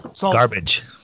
Garbage